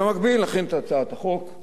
במקביל, להכין את הצעת החוק,